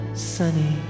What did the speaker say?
Sunny